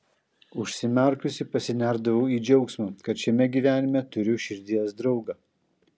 užsimerkusi pasinerdavau į džiaugsmą kad šiame gyvenime turiu širdies draugą